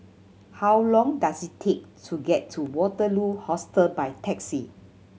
how long does it take to get to Waterloo Hostel by taxi